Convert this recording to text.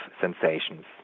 sensations